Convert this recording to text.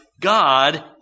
God